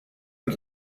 mit